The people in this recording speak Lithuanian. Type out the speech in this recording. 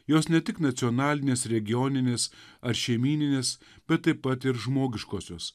jos ne tik nacionalinės regioninės ar šeimyninės bet taip pat ir žmogiškosios